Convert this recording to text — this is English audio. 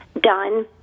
done